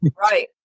right